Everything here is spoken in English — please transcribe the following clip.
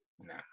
Nah